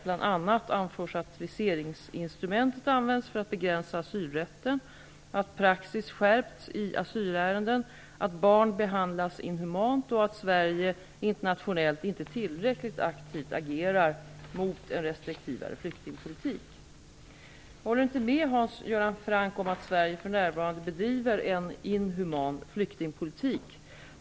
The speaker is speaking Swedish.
Bl.a. anförs att viseringsinstrumentet används för att begränsa asylrätten, att praxis skärpts i asylärenden, att barn behandlas inhumant och att Sverige internationellt inte rillräckligt aktivt agerar mot en restriktivare flyktingpolitik. Jag håller inte med Hans Göran Franck om att Sverige för närvarande bedriver en inhuman flyktingpolitik.